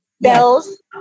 bells